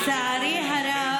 לצערי הרב,